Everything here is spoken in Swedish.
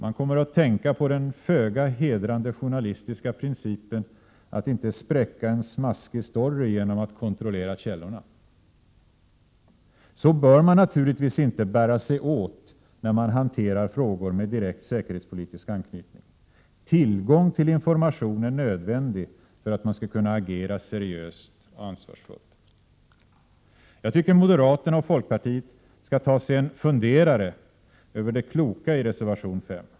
Det får mig att tänka på den föga hedrande journalistiska principen att inte spräcka en smaskig story genom att kontrollera källorna. Så bör man naturligtvis inte bära sig åt när man hanterar frågor med direkt säkerhetspolitisk anknytning. Tillgången till information är nödvändig för att man skall kunna agera seriöst och ansvarsfullt. Jag tycker att moderaterna och folkpartiet skall ta sig en funderare över det kloka i reservation 5.